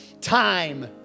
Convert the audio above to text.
time